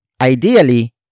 Ideally